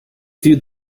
viewed